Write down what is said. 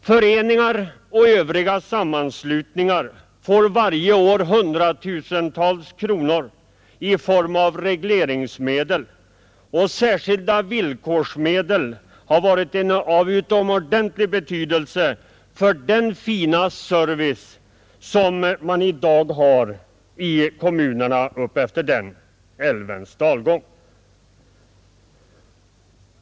Föreningar och andra sammanslutningar får varje år hundratusentals kronor i form av regleringsmedel till olika anläggningar, och särskilda villkorsmedel har varit av utomordentlig betydelse för den fina service som man i dag har i kommunerna upp efter den älvens dalgång.